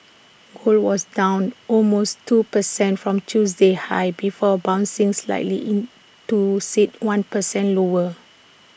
gold was down almost two percent from Tuesday's highs before bouncing slightly into sit one percent lower